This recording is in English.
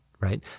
right